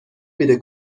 میده